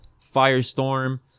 Firestorm